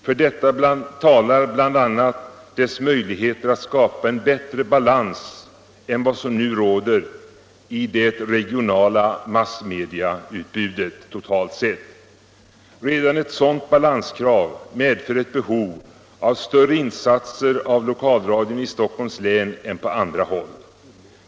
För detta talar bl.a. dess möjligheter att skapa en bättre balans än vad som nu råder i det regionala massmediautbudet totalt sett. Redan ett sådant balanskrav medför ett behov av större insatser av lokalradion i Stockholms län än på andra håll.